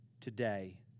today